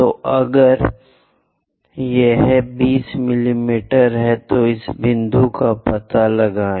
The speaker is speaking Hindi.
तो अगर यह 20 मिमी है तो इस बिंदु का पता लगाएं